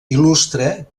il·lustra